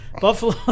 Buffalo